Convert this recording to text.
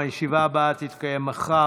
הישיבה הבאה תתקיים מחר,